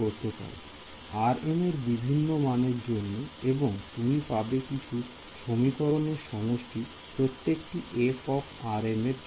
করতে পারো এর বিভিন্ন মানের জন্য এবং তুমি পাবে কিছু সমীকরণের সমষ্টি প্রত্যেকটি f এর জন্য